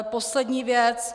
Poslední věc.